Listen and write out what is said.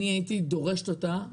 אני הייתי דורשת אותה